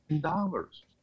dollars